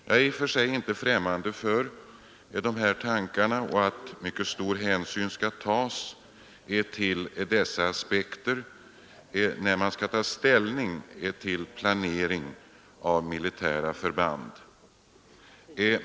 Jag är i och för sig inte främmande för tanken att mycket stor hänsyn skall tas till dessa aspekter när man bestämmer placeringen av militära förband.